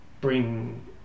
bring